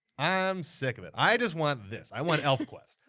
i'm sick of it. i just want this, i want elfquest.